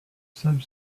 sub